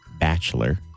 Bachelor